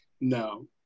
no